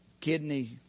Kidney